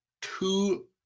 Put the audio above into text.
two